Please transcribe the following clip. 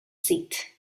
seat